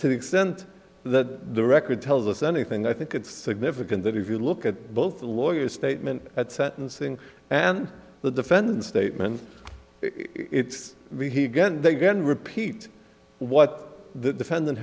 to the extent that the record tells us anything i think it's significant that if you look at both the lawyer statement at sentencing and the defendant's statements it's he again began repeat what the defendant